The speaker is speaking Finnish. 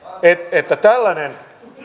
että tällainen